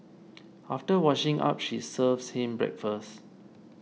after washing up she serves him breakfast